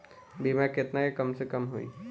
बीमा केतना के कम से कम होई?